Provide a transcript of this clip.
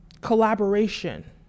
collaboration